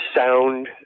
sound